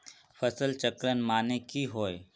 फसल चक्रण माने की होय?